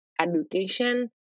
education